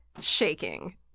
shaking